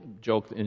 joke